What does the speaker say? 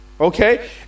Okay